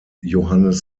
johannes